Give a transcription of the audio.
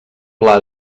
pla